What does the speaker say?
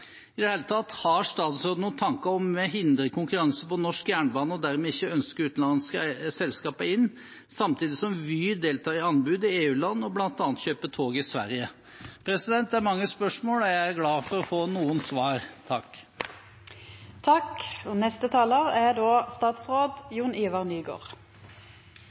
I det hele tatt: Har statsråden noen tanker om å hindre konkurranse på norsk jernbane og dermed ikke ønsker utenlandske selskaper inn, samtidig som Vy deltar i anbud i EU-land og bl.a. kjøper tog i Sverige? Det er mange spørsmål, og jeg er glad for å få noen svar.